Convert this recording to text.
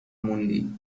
موندی